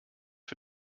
für